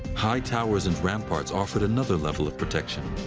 high towers and ramparts offered another level of protection.